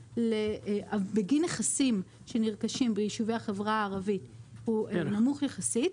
בגין נכסים שנרכשים ביישובי החברה הערבית הוא נמוך יחסית,